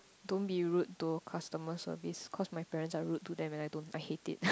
don't be rude to customer service cause my parents are rude to them and I don't I hate you